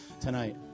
tonight